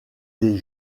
des